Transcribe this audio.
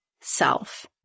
self